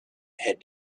had